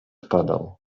padał